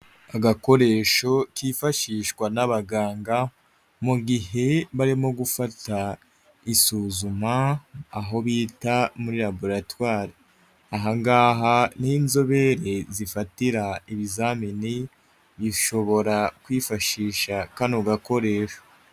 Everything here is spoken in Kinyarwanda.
Agakoresho kifashishwa n'abaganga mu gihe barimo gufata isuzuma, aho bita muri laboratwari, ahaha niho inzobere zifatira ibizamini, bashobora kwifashisha kano gakoresho.